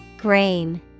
Grain